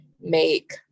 make